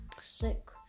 sick